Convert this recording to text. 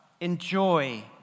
enjoy